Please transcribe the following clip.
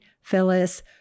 Phyllis